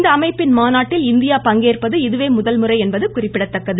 இந்த அமைப்பின் மாநாட்டில் இந்தியா பங்கேற்பது இதுவே முதல் முறை என்பது குறிப்பிடத்தக்கது